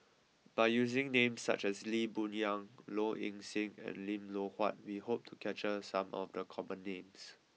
by using names such as Lee Boon Yang Low Ing Sing and Lim Loh Huat we hope to capture some of the common names